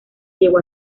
llegó